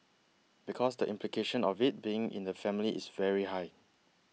because the implication of it being in the family is very high